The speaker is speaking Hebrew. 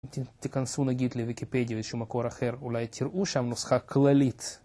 תיכנסו נגיד לויקיפדיה או איזה שהוא מקור אחר, אולי תראו שם נוסחה כללית.